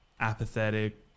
apathetic